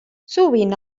sovint